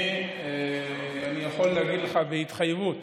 אני יכול להגיד לך, בהתחייבות: